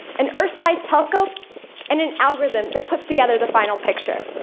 an earth-sized telescope and an algorithm that puts together the final picture.